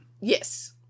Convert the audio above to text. Yes